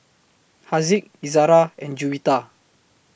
Haziq Izzara and Juwita